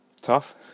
tough